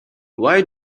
why